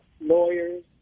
lawyers